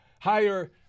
higher